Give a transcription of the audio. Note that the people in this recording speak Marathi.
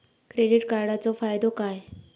क्रेडिट कार्डाचो फायदो काय?